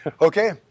okay